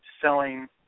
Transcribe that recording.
selling